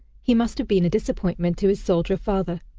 he must have been a disappointment to his soldier father.